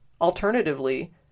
Alternatively